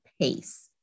pace